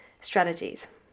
strategies